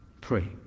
Pray